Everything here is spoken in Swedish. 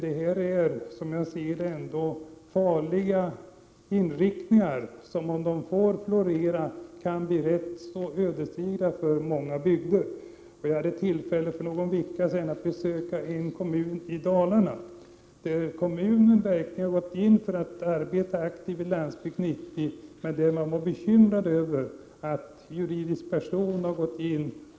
Det finns dock farliga inriktningar som kan bli rätt ödesdigra för många bygder om de får fortsätta att florera. För någon vecka sedan hade jag tillfälle att besöka en kommun i Dalarna. I denna kommun hade man verkligen gått in för att arbeta aktivt i Landsbygd 90. Man var bekymrad över att en juridisk person har gått in.